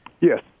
Yes